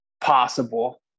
Possible